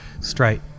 straight